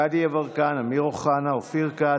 דסטה גדי יברקן, אמיר אוחנה, אופיר כץ,